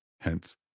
hence